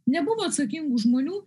nebuvo atsakingų žmonių